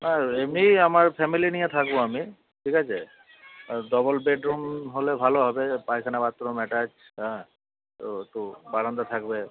আর এমনি আমার ফ্যামিলি নিয়ে থাকবো আমি ঠিক আছে আর ডবল বেডরুম হলে ভালো হবে পায়খানা বাথরুম অ্যাটাচ হ্যাঁ তো তো বারন্দা থাকবে